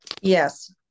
Yes